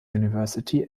university